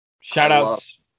Shout-outs